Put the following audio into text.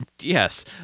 yes